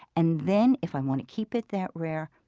and then, if i want to keep it that rare,